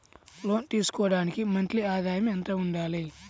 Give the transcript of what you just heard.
లోను తీసుకోవడానికి మంత్లీ ఆదాయము ఎంత ఉండాలి?